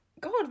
God